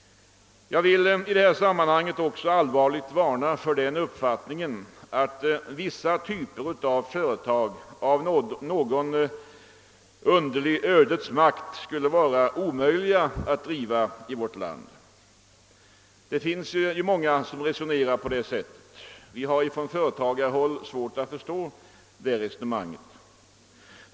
Jag vill i detta sammanhang också allvarligt varna för den uppfattningen, att vissa typer av företag genom någon underlig ödets makt inte skulle kunna drivas i vårt land. Det finns ju många som resonerar på detta sätt. Vi har på företagarhåll svårt att förstå detta resonemang.